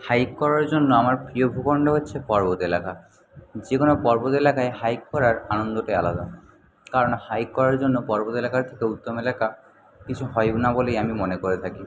hike করার জন্য আমার প্রিয় ভূখণ্ড হচ্ছে পর্বত এলাকা যে কোনো পর্বত এলাকায় হাইক করার আনন্দটাই আলাদা কারণ হাইক করার জন্য পর্বত এলাকার থেকেও উত্তম এলাকা কিছু হয় না বলেই আমি মনে করে থাকি